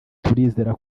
turizera